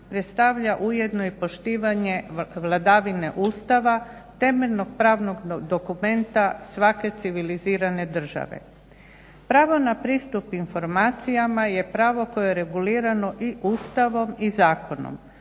ujedno i poštivanje vladavine Ustava, temeljenog pravnog dokumenta svake civilizirane države. Pravo na pristup informacijama je pravo koje je regulirano i Ustavom i zakonom.